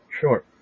Sure